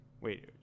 Wait